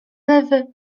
lewy